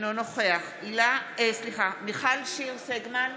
אינו נוכח מיכל שיר סגמן,